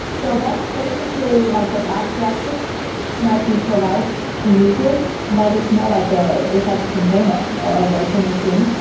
so that's basically like an abstraction that we provide to users. that is more like ah just like a container or a virtual machine.